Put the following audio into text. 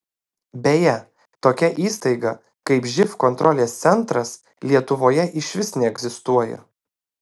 beje tokia įstaiga kaip živ kontrolės centras lietuvoje išvis neegzistuoja